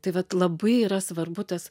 taip vat labai yra svarbu tas